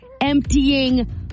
emptying